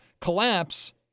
collapse